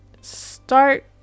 start